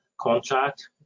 contract